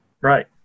Right